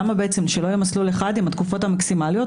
למה בעצם שלא יהיה מסלול אחד עם התקופות המקסימליות,